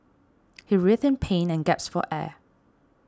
he writhed in pain and gasped for air